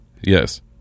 Yes